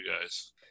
guys